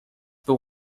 był